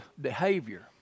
behavior